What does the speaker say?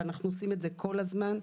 ואנחנו עושים את זה כל הזמן,